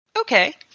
Okay